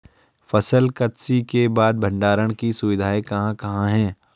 फसल कत्सी के बाद भंडारण की सुविधाएं कहाँ कहाँ हैं?